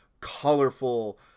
colorful